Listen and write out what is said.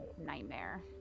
Nightmare